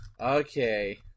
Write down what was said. Okay